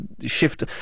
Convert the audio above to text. shift